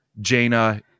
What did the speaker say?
Jaina